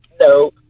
no